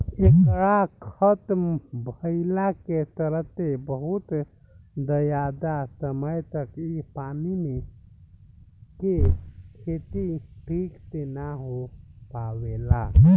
एकरा खतम भईला के चलते बहुत ज्यादा समय तक इ पानी मे के खेती ठीक से ना हो पावेला